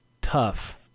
tough